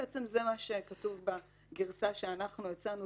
בעצם זה מה שכתוב בגרסה שאנחנו הצענו,